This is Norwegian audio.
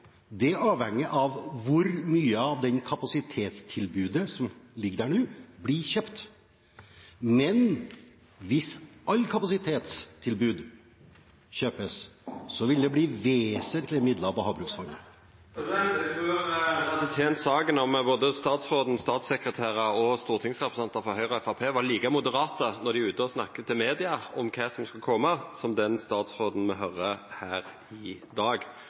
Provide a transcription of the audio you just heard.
av hvor mye av det kapasitetstilbudet som ligger der nå, som blir kjøpt. Men hvis alt kapasitetstilbud kjøpes, vil det bli vesentlige midler på Havbruksfondet. Eg trur det hadde tent saka om både statsråden, statssekretærar og stortingsrepresentantar frå Høgre og Framstegspartiet var like moderate når dei er ute og snakkar til media om kva som skal koma, som me høyrer statsråden er her i dag,